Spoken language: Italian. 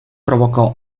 provocò